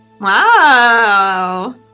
Wow